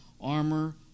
armor